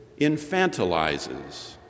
infantilizes